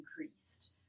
increased